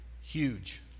huge